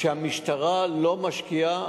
המשטרה לא משקיעה.